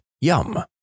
Yum